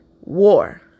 war